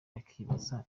bakibaza